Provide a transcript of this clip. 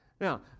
Now